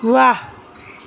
ৱাহ